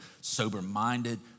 sober-minded